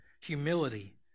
humility